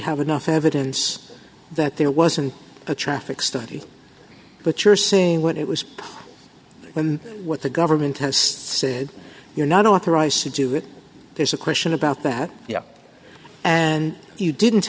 have enough evidence that there wasn't a traffic study but you're seeing what it was when what the government has said you're not authorized to do it there's a question about that and you didn't